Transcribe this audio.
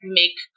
make